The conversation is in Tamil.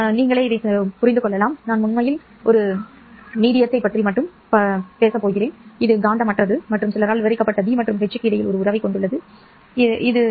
ஆனால் நான் உண்மையில் நடுத்தரத்துடன் பணிபுரிகிறேன் என்பதை உணர்கிறேன் இது காந்தமற்றது மற்றும் சிலரால் விவரிக்கப்பட்ட ́B மற்றும் ́H க்கு இடையில் ஒரு உறவைக் கொண்டுள்ளது என்ற அர்த்தத்தில் எளிது